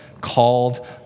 called